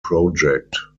project